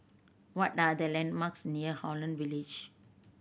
what are the landmarks near Holland Village